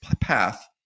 path